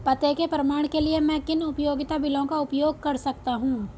पते के प्रमाण के लिए मैं किन उपयोगिता बिलों का उपयोग कर सकता हूँ?